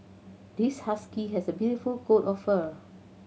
this husky has a beautiful coat of fur